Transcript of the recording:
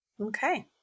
Okay